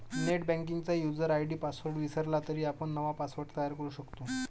नेटबँकिंगचा user ID password विसरला तरी आपण नवा पासवर्ड तयार करू शकतो